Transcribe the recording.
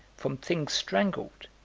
from things strangled,